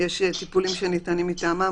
שיש ניתנים שניתנים מטעמם,